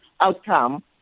outcome